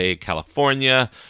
California